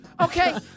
Okay